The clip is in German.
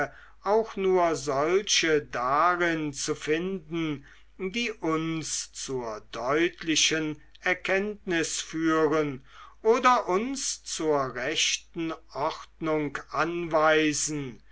auch nur solche darin zu finden die uns zur deutlichen erkenntnis führen oder uns zur rechten ordnung anweisen